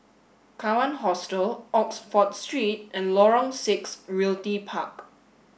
Kawan Hostel Oxford Street and Lorong Six Realty Park